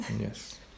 Yes